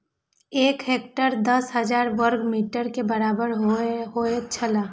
एक हेक्टेयर दस हजार वर्ग मीटर के बराबर होयत छला